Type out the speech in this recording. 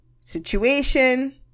situation